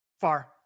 Far